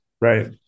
Right